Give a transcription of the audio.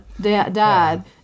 Dad